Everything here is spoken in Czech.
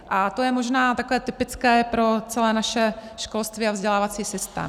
A to je možná takové typické pro celé naše školství a vzdělávací systém.